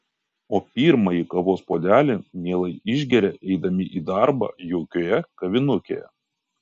o pirmąjį kavos puodelį mielai išgeria eidami į darbą jaukioje kavinukėje